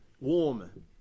warm